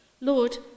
Lord